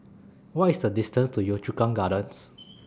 What IS The distance to Yio Chu Kang Gardens